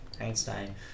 Einstein